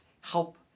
help